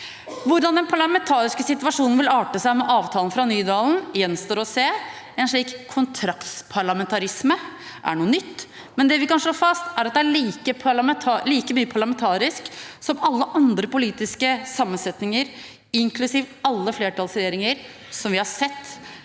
Hvordan den parlamentariske situasjonen vil arte seg med avtalen fra Nydalen gjenstår å se. En slik «kontraktparlamentarisme» er noe nytt, men det vi kan slå fast, er at den er like parlamentarisk som alle andre politiske sammensetninger, inklusiv alle flertallsregjeringer vi har sett